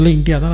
India